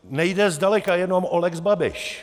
Nejde zdaleka jenom o lex Babiš.